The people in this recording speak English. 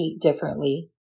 differently